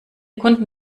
kunden